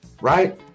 right